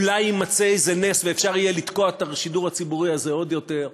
אולי יימצא איזה נס ואפשר יהיה לתקוע את השידור הציבורי הזה עוד יותר,